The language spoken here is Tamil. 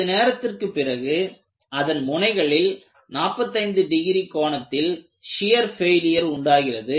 சிறிது நேரத்திற்கு பிறகு அதன் முனைகளில் 45 டிகிரி கோணத்தில் ஷியர் ஃபெயிலியர் உண்டாகிறது